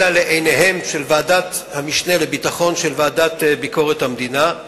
אלא מעיני ועדת המשנה לביטחון של ועדת ביקורת המדינה,